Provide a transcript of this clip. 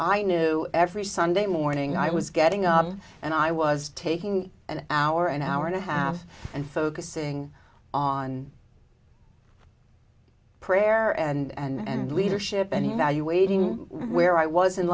i knew every sunday morning i was getting up and i was taking an hour an hour and a half and focusing on prayer and leadership and evaluating where i was in